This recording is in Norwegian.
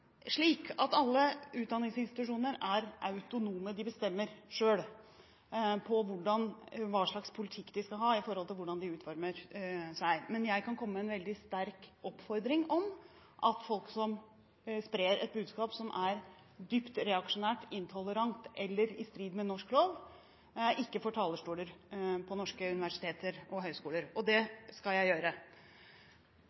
autonome, de bestemmer selv hva slags politikk de skal ha, hvordan den utformes. Men jeg kan komme med en veldig sterk oppfordring om at folk som sprer et budskap som er dypt reaksjonært, intolerant eller i strid med norsk lov, ikke får talerstoler på norske universiteter og høyskoler, og det